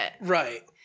right